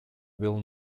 will